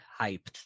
hyped